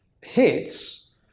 hits